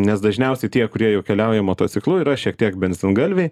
nes dažniausiai tie kurie jau keliauja motociklu yra šiek tiek benzingalviai